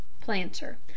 Planter